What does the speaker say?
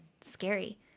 scary